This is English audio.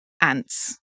ants